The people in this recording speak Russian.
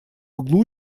углу